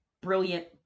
brilliant